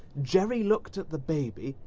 jerry looked at the baby.